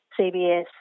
CBS